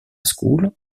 school